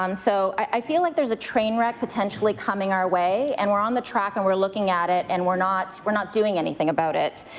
um so i feel like there's a train wreck potentially coming our way. and we're on the track and we're looking at it and we're not we're not doing anything about it.